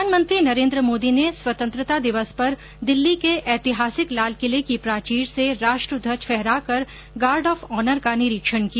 प्रधानमंत्री नरेन्द्र मोदी ने स्वतंत्रता दिवस पर दिल्ली के ऐतिहासिक लाल किले की प्राचीर से राष्ट्र ध्वज फहराकर गार्ड ऑफ ऑनर का निरीक्षण किया